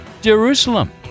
Jerusalem